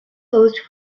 closed